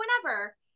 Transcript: whenever